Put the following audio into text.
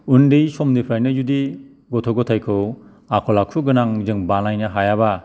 उन्दै समनिफ्रायनो जुदि गथ' गथायखौ आखल आखु गोनां जों बानायनो हायाबा